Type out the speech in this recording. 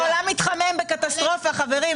העולם מתחמם בקטסטרופה, חברים.